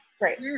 Great